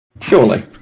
Surely